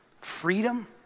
freedom